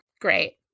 great